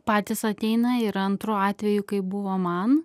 patys ateina ir antru atveju kaip buvo man